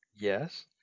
yes